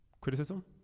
criticism